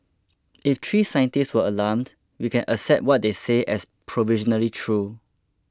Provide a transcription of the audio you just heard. if three scientists are alarmed we can accept what they say as provisionally true